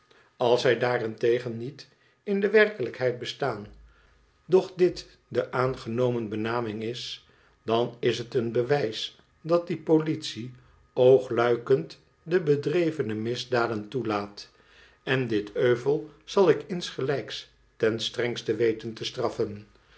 als zij daarentegen niet in de werkelijkheid bestaan doch dit de aangenomen benaming is dan is het een bewijs dat die politie oogluikend de bedrevene misdaden toelaat en dit euvel zal ik insgelijks ten strengste weten te straffen